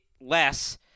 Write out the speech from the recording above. less